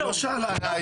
היא לא שאלה על ראיות,